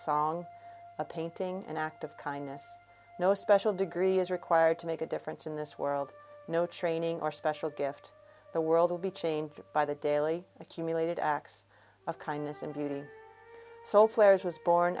song a painting an act of kindness no special degree is required to make a difference in this world no training or special gift the world will be changed by the daily accumulated acts of kindness and beauty so flares was born